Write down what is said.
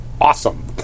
awesome